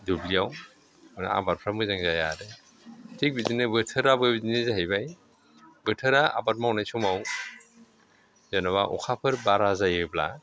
दुब्लियाव आरो आबादफोरा मोजां जाया आरो थिग बिदिनो बोथोराबो बिदिनो जाहैबाय बोथोरा आबाद मावनाय समाव जेनेबा अखाफोर बारा जायोब्ला